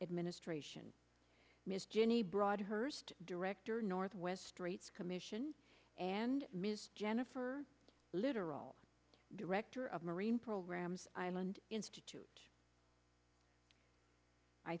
administration ms jenny broadhurst director northwest straits commission and ms jennifer littoral director of marine programs island institute i